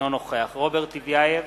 אינו נוכח רוברט טיבייב,